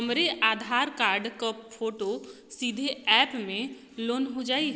हमरे आधार कार्ड क फोटो सीधे यैप में लोनहो जाई?